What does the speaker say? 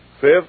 Fifth